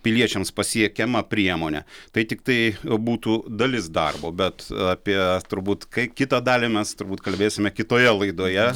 piliečiams pasiekiama priemone tai tiktai būtų dalis darbo bet apie turbūt kai kitą dalį mes turbūt kalbėsime kitoje laidoje